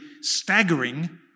staggering